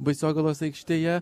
baisogalos aikštėje